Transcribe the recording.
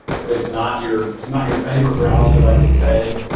if it's not your not your favorite browser that's okay,